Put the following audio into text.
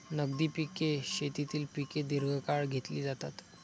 नगदी पिके शेतीतील पिके दीर्घकाळ घेतली जातात